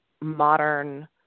modern